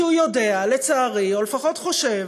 כי הוא יודע, לצערי, או לפחות חושב,